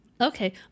Okay